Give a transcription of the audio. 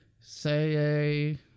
say